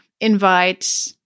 invite